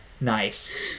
Nice